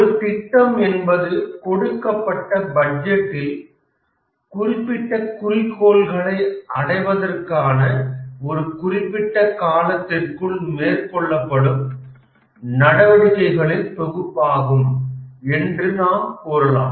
ஒரு திட்டம் என்பது கொடுக்கப்பட்ட பட்ஜெட்டில் குறிப்பிட்ட குறிக்கோள்களை அடைவதற்க்கான ஒரு குறிப்பிட்ட காலத்திற்குள் மேற்கொள்ளப்படும் நடவடிக்கைகளின் தொகுப்பாகும் என்றும் நாம் கூறலாம்